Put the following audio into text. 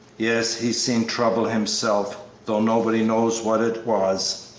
yes, he's seen trouble himself, though nobody knows what it was.